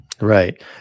Right